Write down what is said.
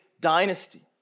Dynasty